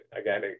Again